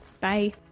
Bye